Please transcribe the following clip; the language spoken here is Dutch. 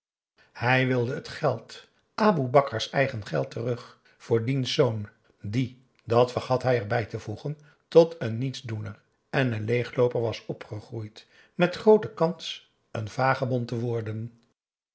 hij wilde het geld aboe bakar's eigen geld terug voor diens zoon die dat vergat hij erbij te voegen tot een nietsdoener en een leeglooper was opgegroeid met groote kans een vagebond te worden